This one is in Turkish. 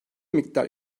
miktar